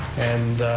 and